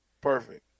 Perfect